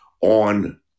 on